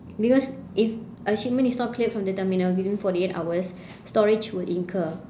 because if a shipment is not cleared from the terminal within forty eight hours storage will incur